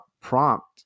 prompt